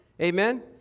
Amen